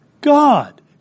God